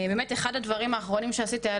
באמת אחד הדברים האחרונים שעשיתי היה